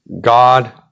God